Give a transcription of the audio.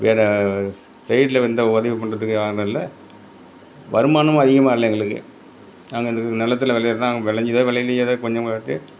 எட சை சைட்டில் வந்து உதவி பண்ணுறதுக்கு யாரும் இல்லை வருமானமும் அதிகமாக இல்லை எங்களுக்கு நாங்கள் ரெண்டு பேரும் நிலத்தில் விலையுறது தான் விளஞ்சிதோ விளயளையோ ஏதோ கொஞ்சமாது